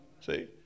See